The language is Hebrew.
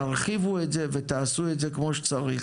תרחיבו את זה ותעשו את זה כמו שצריך.